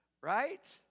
Right